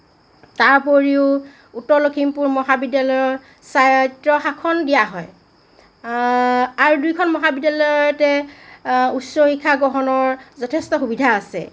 তাৰ উপৰিও উত্তৰ লখিমপুৰ মহাবিদ্যালয়ক স্বায়ত্তশাসন দিয়া হয় আৰু দুয়োখন মহাবিদ্যালয়তে উচ্চ শিক্ষা গ্ৰহণৰ যথেষ্ট সুবিধা আছে